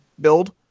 build